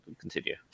continue